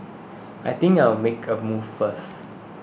I think I'll make a move first